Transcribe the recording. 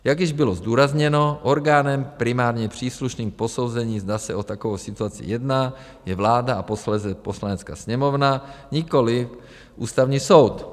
Jak již bylo zdůrazněno orgánem primárně příslušným k posouzení, zda se o takovou situaci jedná, je vláda a posléze Poslanecká sněmovna, nikoliv Ústavní soud.